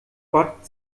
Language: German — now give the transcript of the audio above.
gott